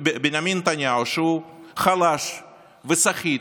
בנימין נתניהו, שהוא חלש וסחיט,